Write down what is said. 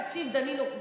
תקשיב, דנינו,